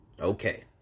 Okay